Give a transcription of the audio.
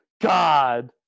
god